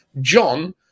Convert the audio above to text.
John